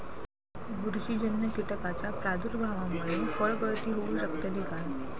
बुरशीजन्य कीटकाच्या प्रादुर्भावामूळे फळगळती होऊ शकतली काय?